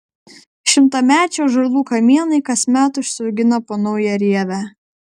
šimtamečių ąžuolų kamienai kasmet užsiaugina po naują rievę